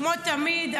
כמו תמיד,